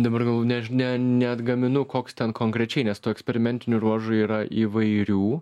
dabar galvoju než ne neatgaminu koks ten konkrečiai nes tų eksperimentinių ruožų yra įvairių